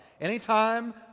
anytime